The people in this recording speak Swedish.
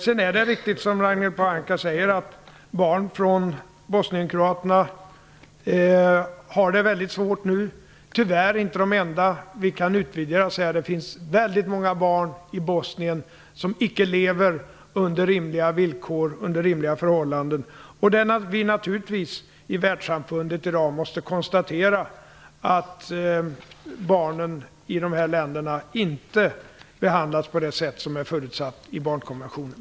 Det är vidare riktigt, som Ragnhild Pohanka säger, att barn till bosnienkroaterna nu har det mycket svårt. De är tyvärr inte de enda. Vi kan se att det finns väldigt många barn i Bosnien som icke lever under rimliga förhållanden. Vi måste i världssamfundet i dag konstatera att barnen i dessa länder i dag inte behandlas på det sätt som är förutsatt i barnkonventionen.